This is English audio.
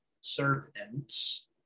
servants